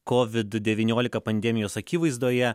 kovid devyniolika pandemijos akivaizdoje